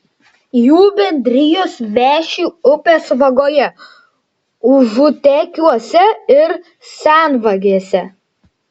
jų bendrijos veši upės vagoje užutekiuose ir senvagėse